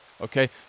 okay